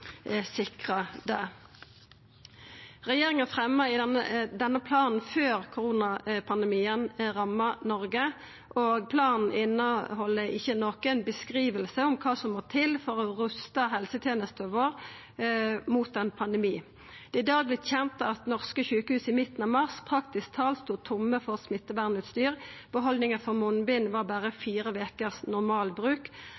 det. Regjeringa fremja denne planen før koronapandemien ramma Noreg, og planen inneheld ikkje noka beskriving av kva som må til for å rusta helsetenesta vår mot ein pandemi. Det har i dag vorte kjent at norske sjukehus i midten av mars praktisk talt stod tomme for smittevernutstyr, behaldninga med munnbind var berre